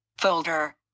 Folder